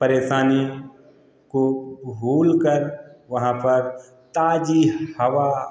परेशानी को भूलकर वहाँ पर ताजी हवा